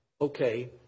okay